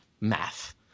math